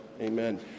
Amen